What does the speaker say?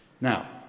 Now